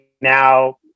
now